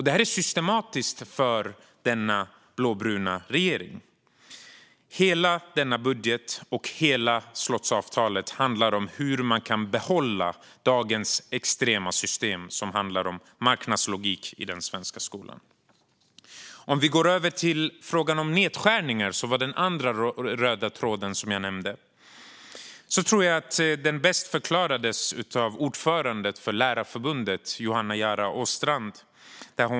Det här är symtomatiskt för denna blåbruna regering. Hela budgeten och hela slottsavtalet handlar om hur man kan behålla dagens extrema system, som handlar om marknadslogik i den svenska skolan. Låt mig gå över till frågan om nedskärningar. Det var den andra röda tråden. Den förklarades bäst av ordföranden för Lärarförbundet Johanna Jaara Åstrand.